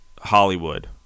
Hollywood